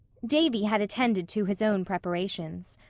davy had attended to his own preparations.